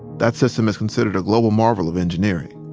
that system is considered a global marvel of engineering